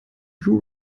blu